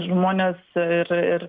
žmonės ir ir